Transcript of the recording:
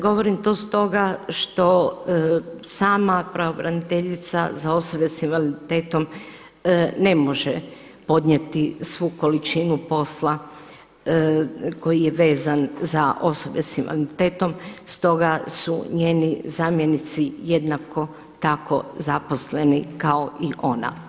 Govorim to stoga što sama pravobraniteljica za osobe s invaliditetom ne može podnijeti svu količinu posla koji je vezan za osobe s invaliditetom stoga su njeni zamjenici jednako tako zaposleni kao i ona.